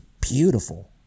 beautiful